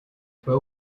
fue